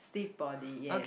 stiff body yes